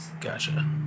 Gotcha